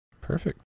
perfect